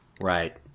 Right